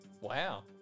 Wow